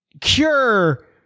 cure